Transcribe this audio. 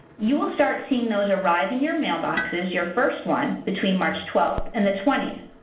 you will start seeing those arrive in your mailboxes, your first one between march twelve and the twentieth.